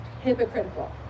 hypocritical